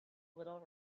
little